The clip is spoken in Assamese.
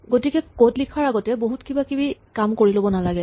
গতিকে কড লিখাৰ আগতে বহুত কিবা কিবি কাম কৰি ল'ব নালাগে